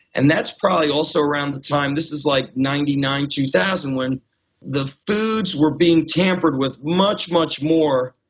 and that's probably also around the time, this is like ninety nine, two thousand when the foods were being tampered with much, much more,